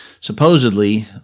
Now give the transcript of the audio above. supposedly